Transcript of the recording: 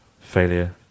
failure